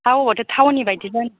हा अबावथो टाउननि बायदि जानो